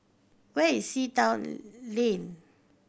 where is Sea Town Lane